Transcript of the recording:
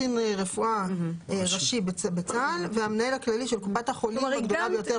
קצין רפואה ראשי בצה"ל והמנהל הכללי של קופת החולים הגדולה ביותר.